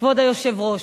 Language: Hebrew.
כבוד היושב-ראש.